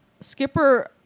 Skipper